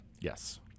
yes